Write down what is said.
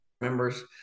members